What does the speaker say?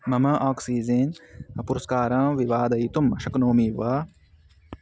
मम आक्सिज़ेन् पुरस्कारं विवादयितुं शक्नोमि वा